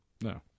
No